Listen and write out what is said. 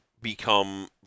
become